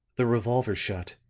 the revolver shot,